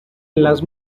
las